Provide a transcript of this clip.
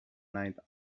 night